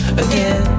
again